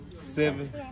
seven